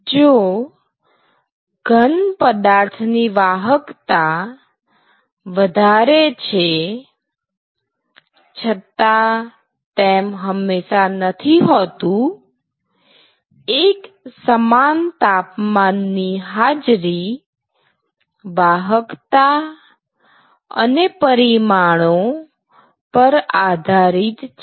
જો ઘન પદાર્થની વાહકતા વધારે છે છતાં તેમ હંમેશા નથી હોતું એકસમાન તાપમાનની હાજરી વાહકતા અને પરિમાણો પર આધારિત છે